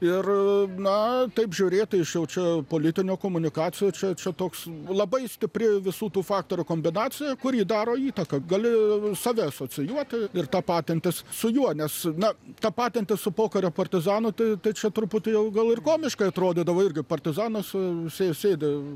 ir na taip žiūrėt iš jau čia politinio komunikacijų čia čia toks labai stipri visų tų faktorių kombinacija kuri daro įtaką gali save asocijuoti ir tapatintis su juo nes na tapatintis su pokario partizanu tai tai čia truputį jau gal ir komiškai atrodydavo irgi partizanas sė sėdi